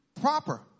proper